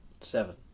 Seven